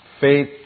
faith